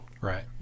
right